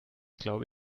glaube